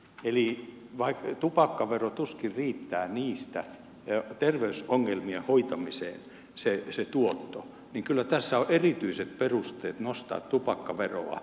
kun tupakkaveron tuotto tuskin riittää niiden terveysongelmien hoitamiseen kyllä tässä on erityiset perusteet nostaa tupakkaveroa